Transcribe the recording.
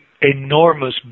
enormous